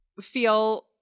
feel